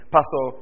Pastor